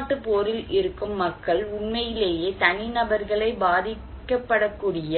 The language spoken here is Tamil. உள்நாட்டுப் போரில் இருக்கும் மக்கள் உண்மையிலேயே தனிநபர்களை பாதிக்கப்படக்கூடிய